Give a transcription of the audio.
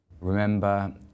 remember